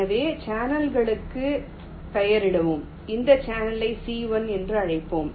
எனவே சேனல்களுக்கு பெயரிடுவோம் இந்த சேனலை C1 என்று அழைப்போம்